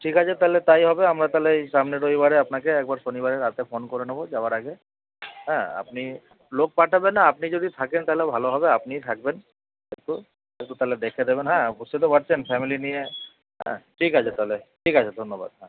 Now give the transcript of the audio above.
ঠিক আছে তাহলে তাই হবে আমরা তাহলে এই সামনের রবিবারে আপনাকে একবারে শনিবারের রাতে ফোন করে নেবো যাওয়ার আগে হ্যাঁ আপনি রবিবারটাতে না আপনি যদি থাকেন তালে ভালো হবে আপনিই থাকবেন একটু একটু তাহলে দেখে দেবেন হ্যাঁ বুঝতেই তো পারছেন ফ্যামিলি নিয়ে হ্যাঁ ঠিক আছে তাহলে ঠিক আছে ধন্যবাদ হ্যাঁ